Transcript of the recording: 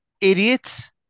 Idiots